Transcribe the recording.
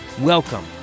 welcome